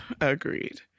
Agreed